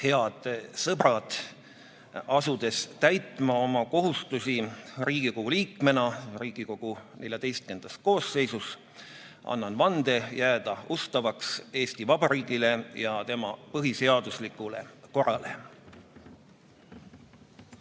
Head sõbrad! Asudes täitma oma kohustusi Riigikogu liikmena Riigikogu XIV koosseisus, annan vande jääda ustavaks Eesti Vabariigile ja tema põhiseaduslikule korrale.